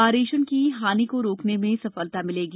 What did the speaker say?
शरेषण की हानि को रोकने में सफलता मिलेगी